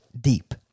deep